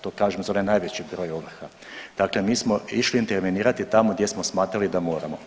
To kažem za onaj najveći broj ovrha, dakle mi smo išli intervenirati tamo gdje smo smatramo da moramo.